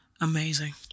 Amazing